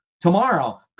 tomorrow